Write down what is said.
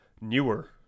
newer